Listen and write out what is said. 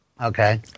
okay